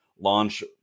launch